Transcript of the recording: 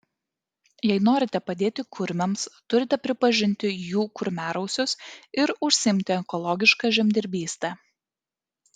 jei norite padėti kurmiams turite pripažinti jų kurmiarausius ir užsiimti ekologiška žemdirbyste